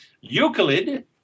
Euclid